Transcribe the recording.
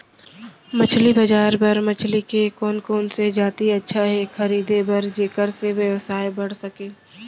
मछली बजार बर मछली के कोन कोन से जाति अच्छा हे खरीदे बर जेकर से व्यवसाय बढ़ सके?